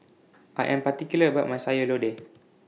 I Am particular about My Sayur Lodeh